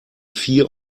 vier